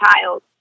child